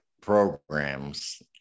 programs